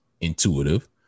intuitive